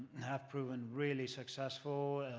have proven really successful,